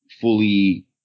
fully